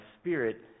spirit